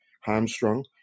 hamstrung